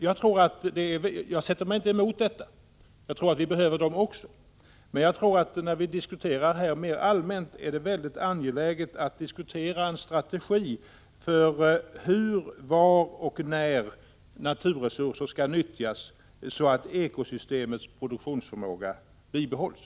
Jag sätter mig inte emot detta. Jag tror att vi behöver också förbud och begränsningar. Men när vi här diskuterar mer allmänt är det mycket angeläget att vi diskuterar en strategi för hur, var och när naturresurser skall nyttjas, så att ekosystemets produktionsförmåga bibehålls.